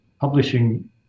publishing